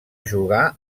jugar